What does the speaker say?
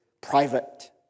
private